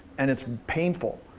and it's painful.